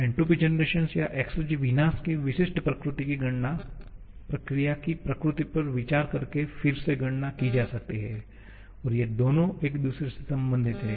entropy generation या exergy विनाश की विशिष्ट प्रकृति की गणना प्रक्रिया की प्रकृति पर विचार करके फिर से गणना की जा सकती है और ये दोनों एक दूसरे से संबंधित हैं